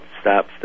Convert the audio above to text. stop